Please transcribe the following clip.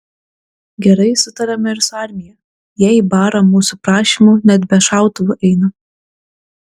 gerai sutariame ir su armija jie į barą mūsų prašymu net be šautuvų eina